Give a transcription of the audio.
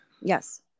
Yes